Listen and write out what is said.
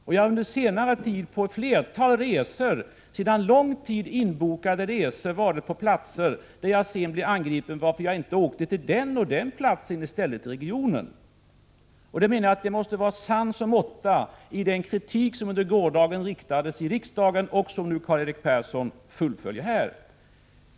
Jag har under senare tid under ett flertal resor, inbokade sedan lång tid, blivit angripen för att jag inte i stället åkte till den och den platsen i regionen. Det måste vara sans och måtta i kritik av det slag som i går riktades mot mig i riksdagen och som Karl-Erik Persson nu fullföljer.